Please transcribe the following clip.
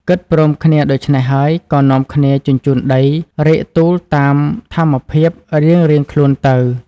គិតព្រមគ្នាដូចេ្នះហើយ ក៏នាំគ្នាជញ្ជូនដីរែកទូលតាម ថាមភាពរៀងៗខ្លួនទៅ។